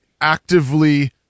actively